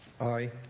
Aye